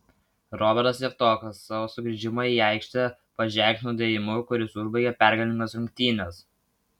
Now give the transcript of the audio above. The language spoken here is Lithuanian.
robertas javtokas savo sugrįžimą į aikštę paženklino dėjimu kuris užbaigė pergalingas rungtynes